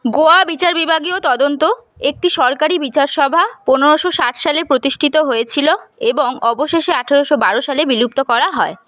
গোয়া বিচার বিভাগীয় তদন্ত একটি সরকারি বিচার সভা পনেরোশো ষাট সালে প্রতিষ্ঠিত হয়েছিল এবং অবশেষে আঠারোশো বারো সালে বিলুপ্ত করা হয়